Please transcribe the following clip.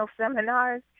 seminars